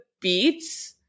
beats